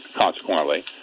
Consequently